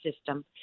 system